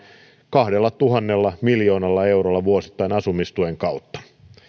kahdellatuhannella miljoonalla eurolla vuosittain asumistuen kautta